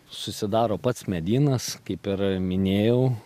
susidaro pats medynas kaip ir minėjau